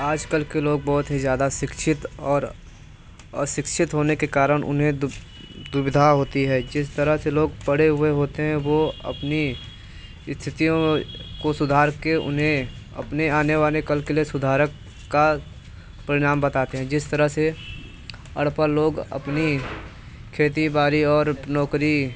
आजकल के लोग बहुत ही ज़्यादा शिक्षित और अशिक्षित होने के कारण उन्हें दुविधा होती है जिस तरह से लोग पड़े हुए होते हैं वह अपनी स्थितियों को सुधारकर उन्हें अपने आने वाले कल के लिए सुधारक का परिणाम बताते हैं जिस तरह से अनपढ़ लोग अपनी खेती बाड़ी और नौकरी